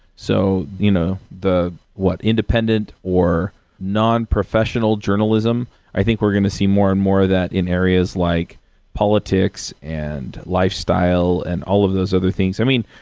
so, you know what independent or nonprofessional journalism, i think we're going to see more and more of that in areas like politics and lifestyle and all of those other things. i mean,